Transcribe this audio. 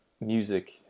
music